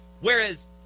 Whereas